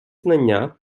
знання